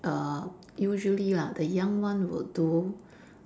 err usually lah the young one would do